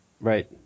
Right